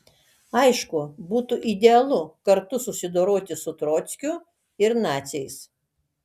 aišku būtų idealu kartu susidoroti su trockiu ir naciais